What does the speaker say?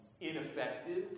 ineffective